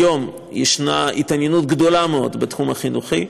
היום יש התעניינות גדולה מאוד בתחום החינוכי,